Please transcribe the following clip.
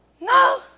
no